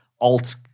alt